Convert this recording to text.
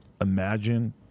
Imagine